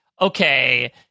okay